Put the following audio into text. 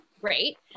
great